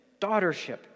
daughtership